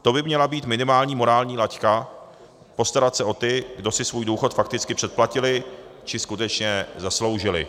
To by měla být minimální morální laťka, postarat se o ty, kdo si svůj důchod fakticky předplatili či skutečně zasloužili.